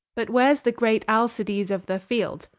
but where's the great alcides of the field,